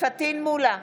פטין מולא,